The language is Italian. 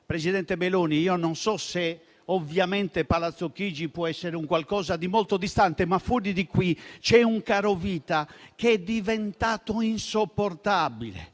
Presidente Meloni, non so se palazzo Chigi può essere qualcosa di molto distante, ma fuori da qui c'è un carovita che è diventato insopportabile: